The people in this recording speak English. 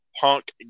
Punk